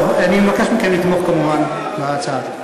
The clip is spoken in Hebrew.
טוב, אני מבקש מכם כמובן לתמוך בהצעה.